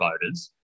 voters